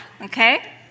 okay